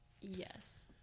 yes